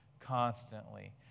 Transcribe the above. constantly